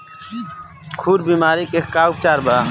खुर बीमारी के का उपचार बा?